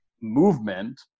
movement